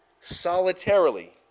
solitarily